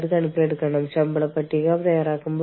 ഏത് തലത്തിലാണ് നിങ്ങൾ പരസ്പരം ആശ്രയിക്കുന്നത്